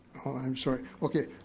i'm sorry, okay.